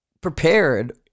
prepared